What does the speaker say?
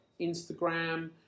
Instagram